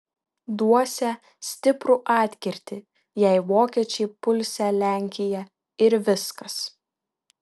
duosią stiprų atkirtį jei vokiečiai pulsią lenkiją ir viskas